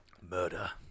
Murder